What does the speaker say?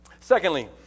Secondly